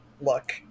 Look